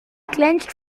clenched